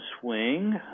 swing